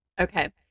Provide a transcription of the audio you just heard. Okay